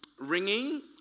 ringing